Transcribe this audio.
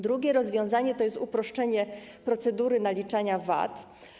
Drugim rozwiązaniem jest uproszczenie procedury naliczania VAT.